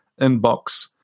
inbox